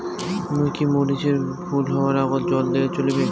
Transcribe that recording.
মুই কি মরিচ এর ফুল হাওয়ার আগত জল দিলে চলবে?